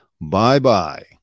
bye-bye